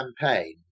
campaign